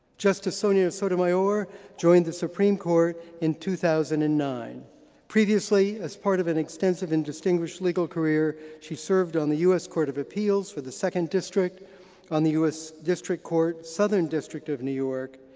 justice sonia sotomayor joined the supreme court in two thousand and nine previously as part of an extensive and distinguished legal career she served on the us court of appeals for the second district on the us district court, southern district of new york.